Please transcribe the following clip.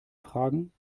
fragen